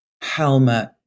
Helmet